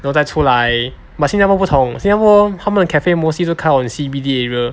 然后再出来 but 新加坡不同新加坡他们的 cafe mostly 就开 in C_B_D area